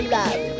love